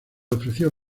ofreció